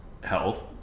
health